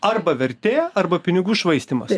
arba vertėj arba pinigų švaistymas